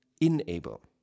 enable